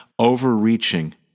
Overreaching